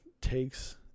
takes